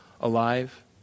alive